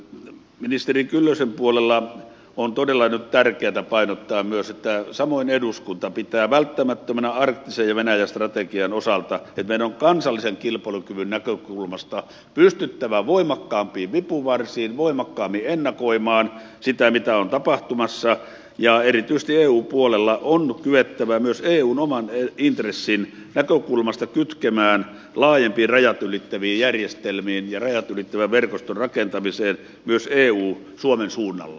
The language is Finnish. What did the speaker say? ministeri kyllösen puolella on todella nyt tärkeätä painottaa myös että samoin eduskunta pitää välttämättömänä arktisen ja venäjä strategian osalta että meidän on kansallisen kilpailukyvyn näkökulmasta pystyttävä voimakkaampiin vipuvarsiin voimakkaammin ennakoimaan sitä mitä on tapahtumassa ja erityisesti eu puolella on kyettävä myös eun oman intressin näkökulmasta kytkemään laajempiin rajat ylittäviin järjestelmiin ja rajat ylittävän verkoston rakentamiseen myös eu suomen suunnalla